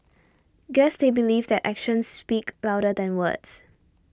guess they believe that actions speak louder than words